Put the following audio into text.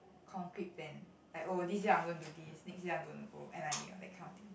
concrete plan like oh this year I'm going to do this next year I'm going to go n_i_e or that kind of thing